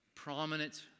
prominent